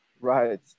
right